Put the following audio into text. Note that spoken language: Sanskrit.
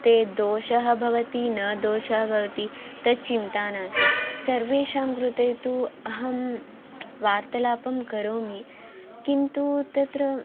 ते दोषः भवति न दोषः भवति तच्चिन्ता नास्ति सर्वेषां कृते तु अहं वार्तलापं करोमि किन्तु तत्र